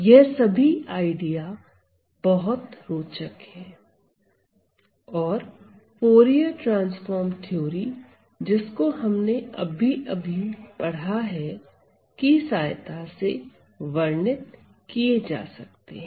यह सभी आइडिया बहुत रोचक है और फोरिअर ट्रांसफॉर्म थ्योरी जिसको हमने अभी अभी पढ़ा की सहायता से वर्णित की जा सकते हैं